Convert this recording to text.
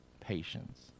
patience